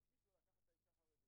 אנחנו לא מתערבים במגדר.